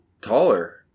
taller